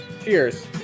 Cheers